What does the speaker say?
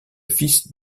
fils